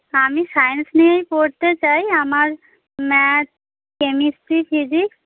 আমি সায়েন্স নিয়েই পড়তে চাই আমার ম্যাথ কেমিস্ট্রি ফিজিক্স